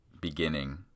beginning